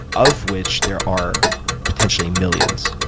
of which there are potentially millions,